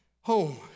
home